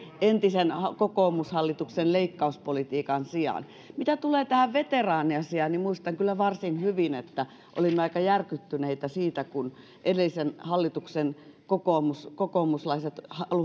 entisen kokoomushallituksen leikkauspolitiikan sijaan mitä tulee tähän veteraaniasiaan niin muistan kyllä varsin hyvin että olimme aika järkyttyneitä siitä kun edellisen hallituksen kokoomuslaiset